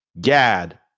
Gad